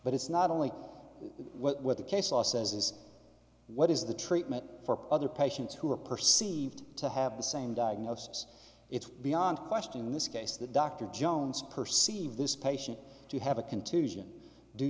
but it's not only what the case law says is what is the treatment for other patients who are perceived to have the same diagnosis it's beyond question in this case that dr jones perceive this patient to have a contusion due